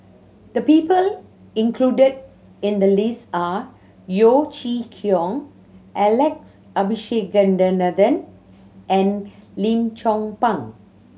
the people included in the list are Yeo Chee Kiong Alex Abisheganaden and Lim Chong Pang